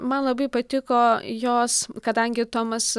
man labai patiko jos kadangi tomas